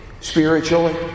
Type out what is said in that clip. spiritually